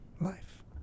life